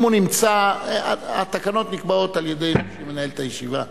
התקנות נקבעות על-ידי מי שמנהל את הישיבה.